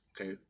Okay